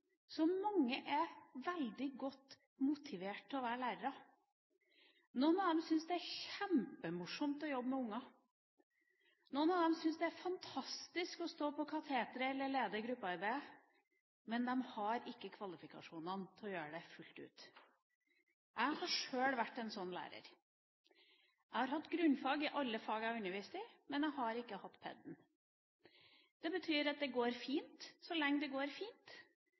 mange er veldig godt motivert til å være lærere. Noen av dem syns det er kjempemorsomt å jobbe med barn. Noen av dem syns det er fantastisk å stå ved kateteret eller lede gruppearbeidet, men de har ikke kvalifikasjonene til å gjøre det fullt ut. Jeg har sjøl vært en sånn lærer. Jeg har hatt grunnfag i alle fag jeg har undervist i, men jeg har ikke hatt pedagogikk. Det betyr at det går fint så lenge det går